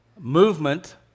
movement